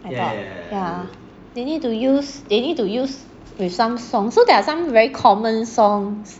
I thought yeah they need to use they need to use with some songs so there are some very common songs